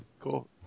cool